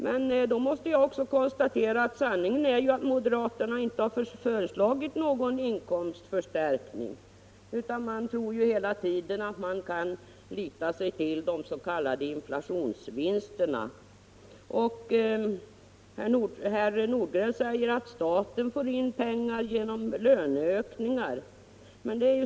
Men då måste jag konstatera att moderaterna inte har föreslagit någon inkomstförstärkning — de litar till de s.k. inflationsvinsterna. Herr Nordgren säger att staten får in pengar genom löneökningarna.